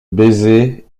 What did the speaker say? baisers